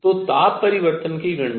तो ताप परिवर्तन की गणना